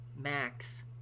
max